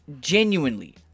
genuinely